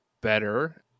better